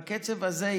בקצב הזה,